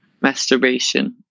masturbation